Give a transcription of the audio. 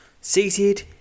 Seated